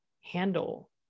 handle